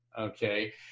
Okay